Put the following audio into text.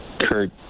Kurt